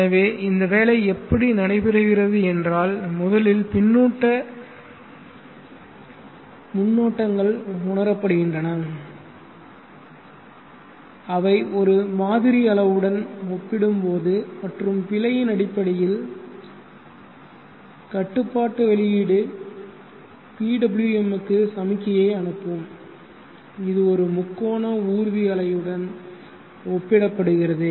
எனவே இந்த வேலை எப்படி நடைபெறுகிறது என்றால் முதலில் பின்னூட்ட முன்னோட்டங்கள் உணரப்படுகின்றன அவை ஒரு மாதிரி அளவுடன் ஒப்பிடும்போது மற்றும் பிழையின் அடிப்படையில் கட்டுப்பாட்டு வெளியீடு PWM க்கு சமிக்ஞையை அனுப்பும் இது ஒரு முக்கோண ஊர்தி அலையுடன் ஒப்பிடப்படுகிறது